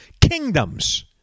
kingdoms